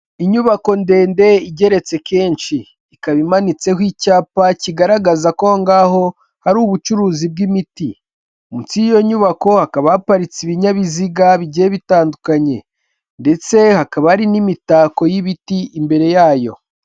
Inyubako ndende igeretse kenshi, ikaba imanitseho icyapa kigaragaza ko aho ngaho hari ubucuruzi bw'imiti, munsi y'iyo nyubako hakaba haparitse ibinyabiziga bigiye bitandukanye ndetse hakaba hari n'imitako y'ibiti imbere yayo.